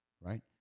right